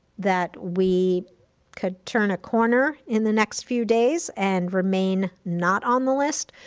that we could turn a corner in the next few days and remain not on the list.